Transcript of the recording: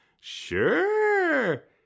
Sure